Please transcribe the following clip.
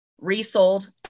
resold